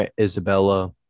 Isabella